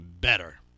better